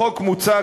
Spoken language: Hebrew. בחוק מוצע,